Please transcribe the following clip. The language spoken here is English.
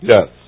Yes